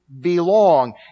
belong